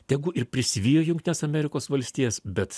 tegu ir prisivijo jungtines amerikos valstijas bet